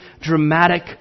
dramatic